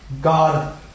God